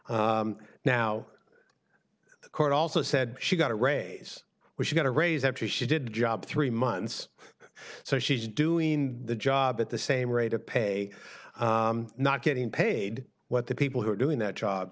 here now the court also said she got a raise when she got a raise after she did the job three months so she's doing the job at the same rate of pay not getting paid what the people who are doing that job